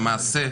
למעשה,